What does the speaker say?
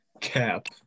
Cap